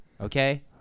Okay